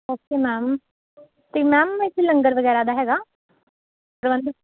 okay ma'am ਅਤੇ ma'am ਇੱਥੇ ਲੰਗਰ ਵਗੈਰਾ ਦਾ ਹੈਗਾ ਪ੍ਰਬੰਧ